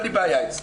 אין לי בעיה עם זה.